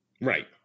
Right